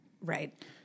Right